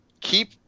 keep